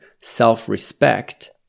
self-respect